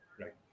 right